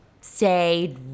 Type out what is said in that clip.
say